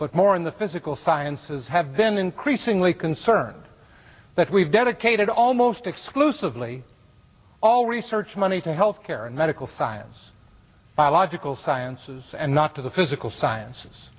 but more in the physical sciences have been increasingly concerned that we've dedicated almost exclude sibly all research money to health care and medical science biological sciences and not to the physical science